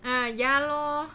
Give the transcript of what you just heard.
ah ya lor